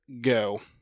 go